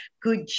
good